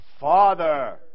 father